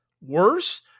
Worse